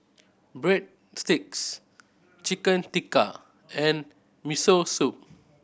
Breadsticks Chicken Tikka and Miso Soup